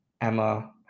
Emma